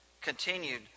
continued